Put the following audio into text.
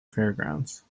fairgrounds